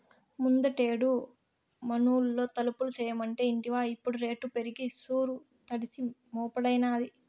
ముందుటేడు మనూళ్లో తలుపులు చేయమంటే ఇంటివా ఇప్పుడు రేటు పెరిగి సూరు తడిసి మోపెడైనాది